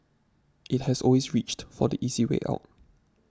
it has always reached for the easy way out